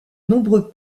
nombreux